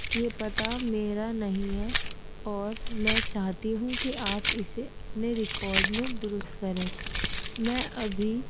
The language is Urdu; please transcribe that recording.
یہ پتا میرا نہیں ہے اور میں چاہتی ہوں کہ آپ اسے اپنے ریکارڈ میں درست کریں میں ابھی